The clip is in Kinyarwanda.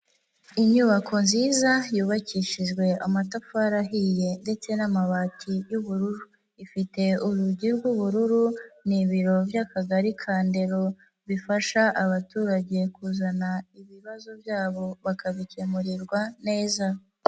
Inyubako nziza yubakishijwe amatafari ahiye ndetse n'amabati y'ubururu, ifite urugi rw'ubururu, ni ibiro by'akagari ka Ndero, bifasha abaturage kuzana ibibazo byabo bakabikemurirwa neza.